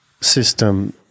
system